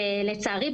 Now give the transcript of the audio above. לצערי,